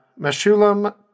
Meshulam